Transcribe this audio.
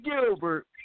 Gilbert